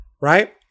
Right